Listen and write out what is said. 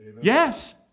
Yes